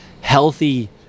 healthy